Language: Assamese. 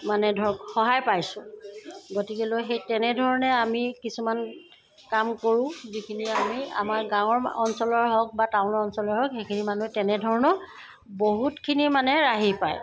মানে ধৰক সহায় পাইছোঁ গতিকেলৈ সেই তেনেধৰণে আমি কিছুমান কাম কৰোঁ যিখিনি আমি আমাৰ গাঁৱৰ অঞ্চলৰ হওক বা টাউন অঞ্চলৰে হওক সেইখিনি মানুহে তেনেধৰণেও বহুতখিনি মানে ৰাহি পায়